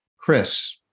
Chris